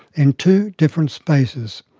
in two different spaces,